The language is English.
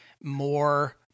more